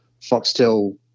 Foxtel